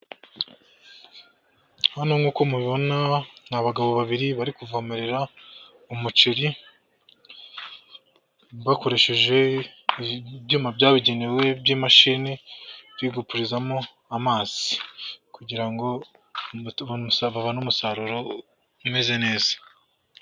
Hano nk'uko mubibona ni abagabo babiri bari kuvomerera umuceri, bakoresheje ibyuma byabugenewe by'imashini, biri gupurizamo amazi. kugira babone umusaruro umeze neza.